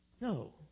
No